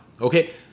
Okay